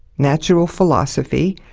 natural philosophy.